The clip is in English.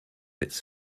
its